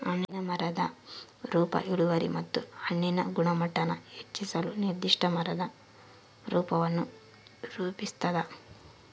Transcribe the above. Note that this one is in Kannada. ಹಣ್ಣಿನ ಮರದ ರೂಪ ಇಳುವರಿ ಮತ್ತು ಹಣ್ಣಿನ ಗುಣಮಟ್ಟಾನ ಹೆಚ್ಚಿಸಲು ನಿರ್ದಿಷ್ಟ ಮರದ ರೂಪವನ್ನು ರೂಪಿಸ್ತದ